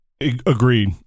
Agreed